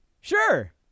Sure